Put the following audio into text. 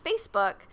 Facebook